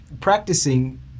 practicing